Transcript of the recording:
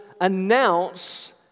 announce